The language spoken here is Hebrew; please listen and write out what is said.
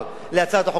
להצעת החוק שלך,